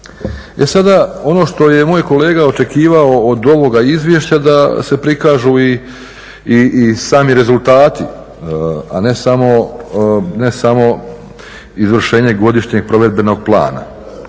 sada ono što je moj kolega očekivao od ovoga izvješća da se prikažu i sami rezultati, a ne samo izvršenje godišnjeg provedbenog plana,